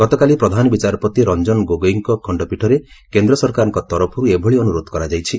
ଗତକାଲି ପ୍ରଧାନ ବିଚାରପତି ରଞ୍ଜନ ଗୋଗୋଇଙ୍କ ଖଣ୍ଡପୀଠରେ କେନ୍ଦ୍ ସରକାରଙ୍କ ତରଫର୍ ଏଭଳି ଅନୁରୋଧ କରାଯାଇଛି